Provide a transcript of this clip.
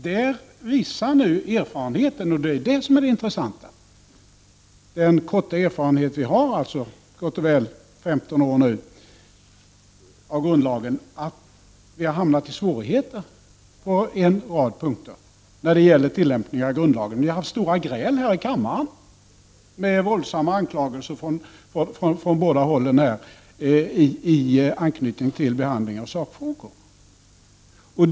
Den korta erfarenhet som vi har av grundlagen, gott och väl 15 år, visar ju, och det är det som är det intressanta, att vi har hamnat i svårigheter på en rad punkter när det gäller tillämpningen. Vi har haft stora gräl här i kammaren med våldsamma anklagelser från olika håll. Det har skett i anknytning till behandlingen av sakfrågor.